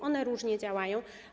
One różnie działają.